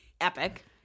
epic